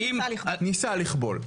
ניסה לכבול.